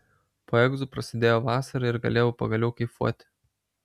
po egzų prasidėjo vasara ir galėjau pagaliau kaifuoti